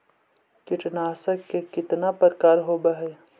कीटनाशक के कितना प्रकार होव हइ?